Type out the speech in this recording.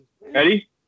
ready